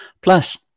Plus